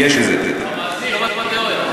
במעשי, לא בתיאוריה.